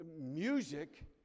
music